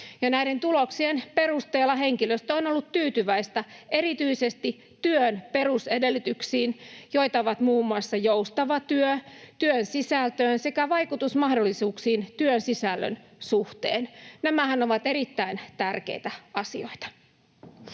Näiden tuloksien perusteella henkilöstö on ollut tyytyväistä erityisesti työn perusedellytyksiin, joita on muun muassa joustava työ, työn sisältöön sekä vaikutusmahdollisuuksiin työn sisällön suhteen. Nämähän ovat erittäin tärkeitä asioita.